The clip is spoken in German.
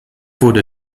wurde